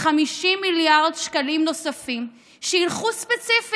מה שפוגע במרקם העירוני לחלוטין, במרקם העסקי,